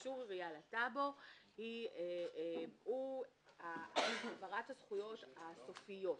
אישור עירייה לטאבו הוא העברת הזכויות הסופיות.